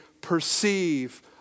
perceive